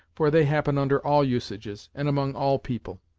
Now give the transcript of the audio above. for they happen under all usages, and among all people,